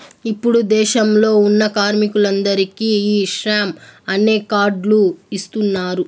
ఇప్పుడు దేశంలో ఉన్న కార్మికులందరికీ ఈ శ్రమ్ అనే కార్డ్ లు ఇస్తున్నారు